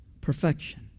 perfection